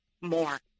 more